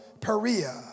Perea